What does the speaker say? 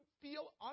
feel